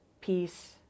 peace